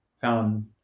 found